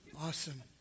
Awesome